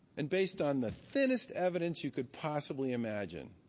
and based on the thinnest evidence you could possibly imagine,